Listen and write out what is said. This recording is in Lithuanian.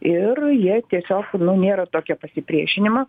ir jie tiesiog nu nėra tokia pasipriešinimo